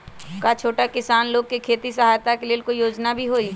का छोटा किसान लोग के खेती सहायता के लेंल कोई योजना भी हई?